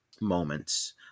moments